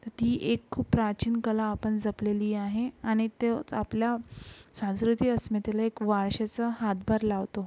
तर ती एक खूप प्राचीन कला आपण जपलेली आहे आणि तोच आपला सांस्कृतिक अस्मितेला एक वारशाचा हातभार लावतो